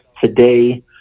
today